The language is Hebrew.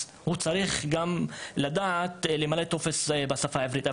אז הוא צריך גם לדעת למלא טופס בשפה העברית.